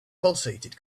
pulsated